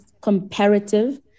comparative